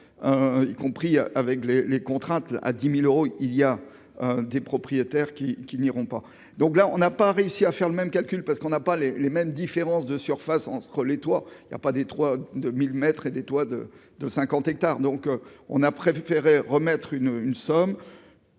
y compris avec les les contraintes à 10000 euros il y a des propriétaires qui qui n'iront pas, donc là on n'a pas réussi à faire le même calcul parce qu'on n'a pas les mêmes différences de surface entre les toi il y a pas des 3 2000 mètres et des toits de de 50 hectares, donc on a préféré remettre une une